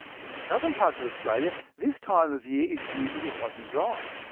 in the southern parts of australia, this time of year is usually hot and dry.